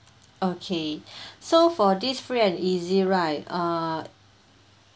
okay so for this free and easy right err